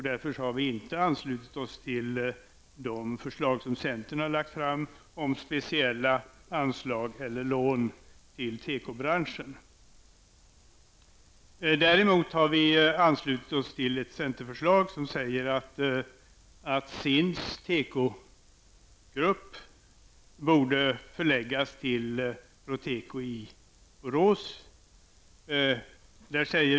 Därför har vi inte anslutit oss till de förslag som centern har lagt fram om specialla anslag eller lån till tekobranschen. Däremot har vi anslutit oss till ett centerförslag som innebär att SINDs tekogrupp borde förläggas till Proteko i Borås.